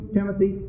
Timothy